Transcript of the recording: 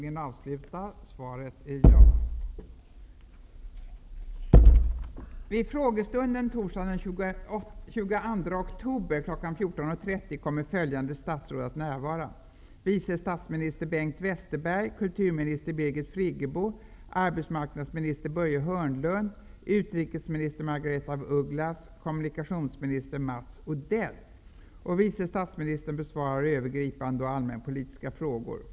14.30 kommer följande statsråd att närvara: vice statsminister Bengt Westerberg, kulturminister Hörnlund, utrikesminister Margaretha af Ugglas och kommunikationsminister Mats Odell. Vice statsministern besvarar övergripande och allmänpolitiska frågor.